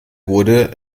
wurde